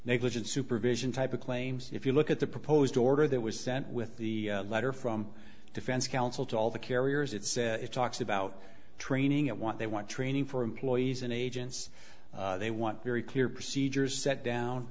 negligent supervision type of claims if you look at the proposed order that was sent with the letter from defense counsel to all the carriers it says it talks about training it what they want training for employees and agents they want very clear procedures set down